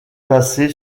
placé